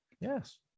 yes